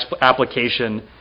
application